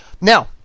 Now